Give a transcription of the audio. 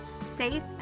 safe